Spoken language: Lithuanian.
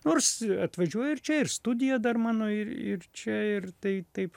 nors atvažiuoju ir čia ir studija dar mano ir ir čia ir tai taip